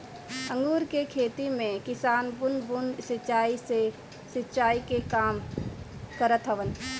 अंगूर के खेती में किसान बूंद बूंद सिंचाई से सिंचाई के काम करत हवन